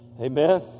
Amen